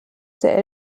der